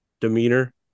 demeanor